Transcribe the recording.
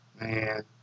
man